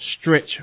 stretch